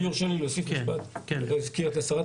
אם יורשה לי להוסיף משפט בנוגע לחסמים.